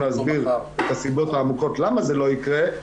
להסביר את הסיבות העמוקות למה זה לא יקרה,